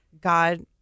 god